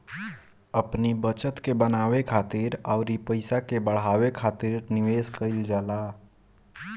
अपनी बचत के बनावे खातिर अउरी पईसा के बढ़ावे खातिर निवेश कईल जाला